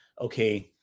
okay